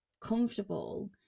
comfortable